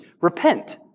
Repent